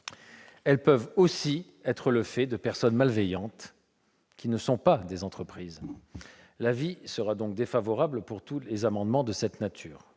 elles peuvent aussi être le fait de personnes malveillantes qui ne sont pas des entreprises. L'avis de la commission sera donc défavorable pour tous les amendements de cette nature.